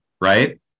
right